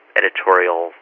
editorial